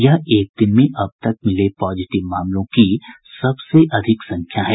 यह एक दिन में अब तक मिले पॉजिटिव मामलों की सबसे अधिक संख्या है